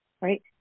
right